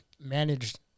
managed